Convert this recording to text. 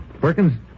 Perkins